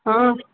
ହଁ